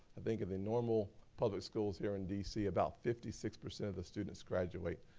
i think of the normal public schools here in d c, about fifty six percent of the students graduate.